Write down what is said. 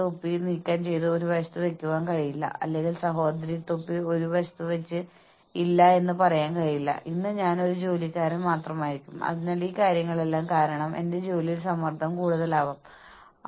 അപ്പോൾ നിങ്ങൾക്കെങ്ങനെ അറിയാം ആരാണ് അതിന് എത്ര പണം നൽകുന്നത് ഏത് ഓർഗനൈസേഷൻ അതിന്റെ ജീവനക്കാർക്ക് എത്ര പണം നൽകുന്നു ഈ കാര്യങ്ങൾ പലതവണ വെളിപ്പെടുത്തിയിട്ടില്ല കൂടാതെ ദ്വിതീയ വിവരങ്ങൾ വിശ്വസനീയമല്ല